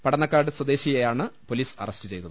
പടന്നക്കാട് സ്വദേശിയെയാണ് police arrest ചെയ്തത്